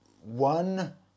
one